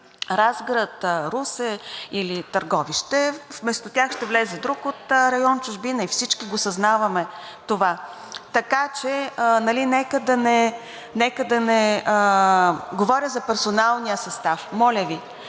Разград, Русе или Търговище, вместо тях ще влезе друг от район „Чужбина“ и всички го съзнаваме това. Така че нека да не... (Реплики.) Говоря за персоналния състав, моля Ви,